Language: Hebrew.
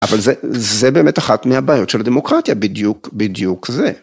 אבל זה באמת אחת מהבעיות של הדמוקרטיה, בדיוק זה.